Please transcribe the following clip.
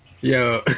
Yo